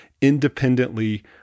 independently